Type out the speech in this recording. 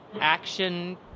action